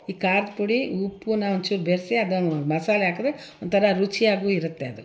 ಈ ಖಾರದ ಪುಡಿ ಉಪ್ಪನ್ನ ಒಂಚೂರು ಬೆರೆಸಿ ಅದೊಂದು ಮಸಾಲೆ ಹಾಕಿದ್ರೆ ಒಂಥರ ರುಚಿ ಆಗೂ ಇರುತ್ತೆ ಅದು